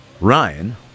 Ryan